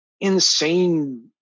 insane